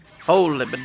Holy